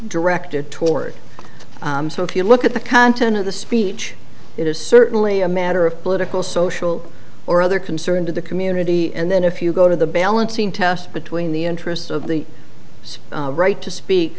directed toward so if you look at the content of the speech it is certainly a matter of political social or other concern to the community and then if you go to the balancing test between the interests of the right to speak